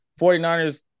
49ers